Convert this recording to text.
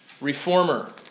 reformer